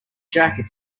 jacket